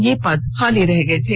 वे पद खाली रह गए थे